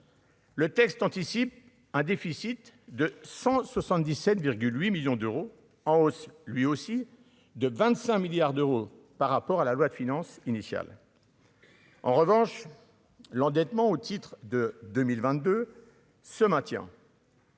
Le texte anticipe un déficit de 177 8 millions d'euros, en hausse lui aussi de 25 milliards d'euros par rapport à la loi de finances initiale. En revanche, l'endettement au titre de 2022 se maintient.